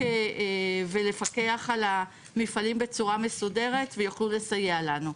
יוכלו לפקח על המפעלים בצורה מסודרת ויוכלו לסייע לנו,